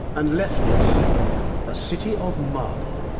and left it a city of marble